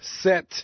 set